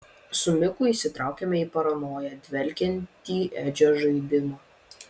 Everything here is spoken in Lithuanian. su miku įsitraukėme į paranoja dvelkiantį edžio žaidimą